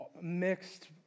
mixed